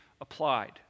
applied